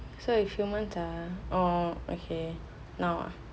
so if humans are orh okay no